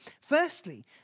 Firstly